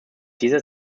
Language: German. dieser